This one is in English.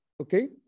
Okay